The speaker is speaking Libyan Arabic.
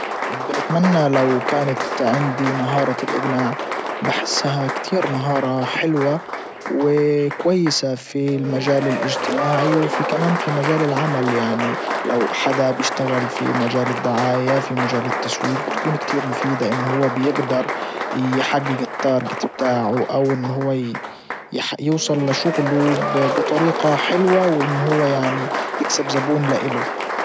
بنتمنى لو كانت عندي مهارة الاجناع بحسها كتير مهارة حلوة وكويسة في المجال الاجتماعي وفي كمان في مجال العمل يعني لو حدا بشتغل في مجال الدعاية في مجال التسويج بتكون كتير مفيدة انه هو بيجدر يحجج التارجت بتاعه او ان هو يوصل لشغله بطريقة حلوة وان هو يعني يكسب زبون لاله.